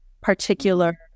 particular